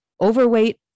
overweight